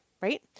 right